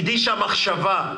הקדישה מחשבה,